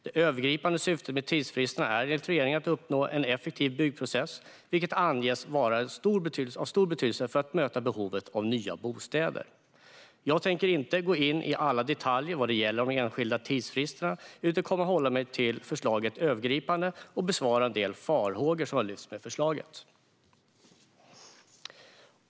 Det övergripande syftet med tidsfristerna är enligt regeringen att uppnå en effektiv byggprocess, vilket anges vara av stor betydelse för att möta behovet av nya bostäder. Jag tänker inte gå in i alla detaljer vad gäller de enskilda tidsfristerna utan kommer att hålla mig till förslaget övergripande och bemöta en del av de farhågor med förslaget som har lyfts fram.